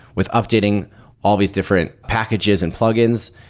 with updating all these different packages and plugins.